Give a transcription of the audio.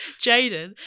Jaden